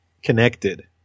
connected